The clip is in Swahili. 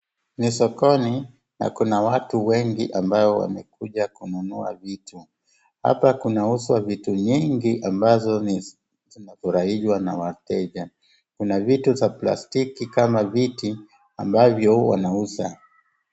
Ni sokoni, na kuna watu wengi ambao wamekuja kununua vitu. Hapa kunauzwa vitu nyingi ambazo zinafurahiwa na wateja. Kuna vitu za plastiki kama viti, ambavyo wanauza.